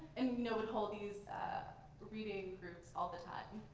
and you know would hold these reading groups all the time.